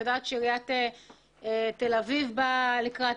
אני יודעת שעיריית תל אביב באה לקראת